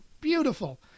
beautiful